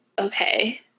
okay